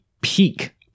peak